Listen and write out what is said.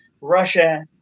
Russia